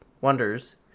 wonders